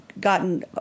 gotten